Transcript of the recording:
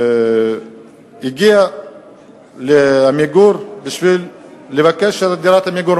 הוא הגיע ל"עמיגור" כדי לבקש דירת "עמיגור".